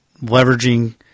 leveraging